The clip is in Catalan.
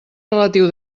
relatiu